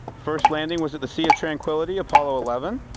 first landing was at the sea of tranquility, apollo eleven.